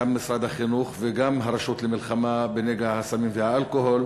גם משרד החינוך וגם הרשות למלחמה בנגע הסמים והאלכוהול,